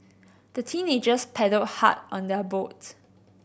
the teenagers paddled hard on their boats